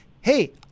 Hey